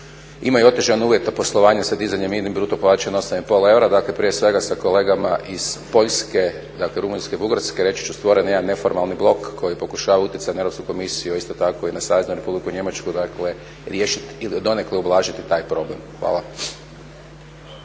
imaju otežane uvjete poslovanja sa dizanjem …/Govornik se ne razumije./… bruto plaće na 8 i pol eura. Dakle, prije svega sa kolega iz Poljske, dakle Rumunjske, Bugarske reći ću stvoren je jedan neformalni blok koji pokušava utjecati na Europsku komisiju, isto tako i na Saveznu Republiku Njemačku. Dakle, riješiti ili donekle ublažiti taj problem. Hvala.